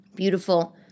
Beautiful